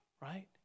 Right